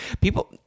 People